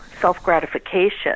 self-gratification